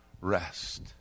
rest